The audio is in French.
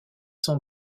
sont